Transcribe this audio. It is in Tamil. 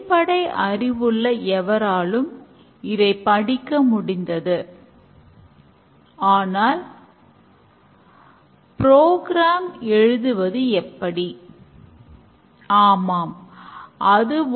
ஸ்பரின்டின் போது மென்பொருளானது திட்டமிடப்பட்டு நிரலாக்கப்பட்டு சோதனை செய்யப்படுகிறது